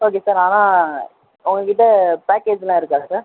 okay sir ஆனால் உங்கக்கிட்ட பேக்கேஜ்லாம் இருக்கா சார்